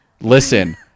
listen